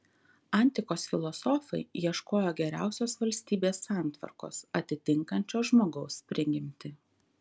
antikos filosofai ieškojo geriausios valstybės santvarkos atitinkančios žmogaus prigimtį